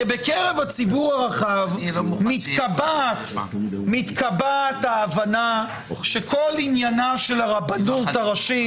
כי בקרב הציבור הרחב מתקבעת ההבנה שכל עניינה של הרבנות הראשית